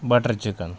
butter chicken